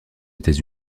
états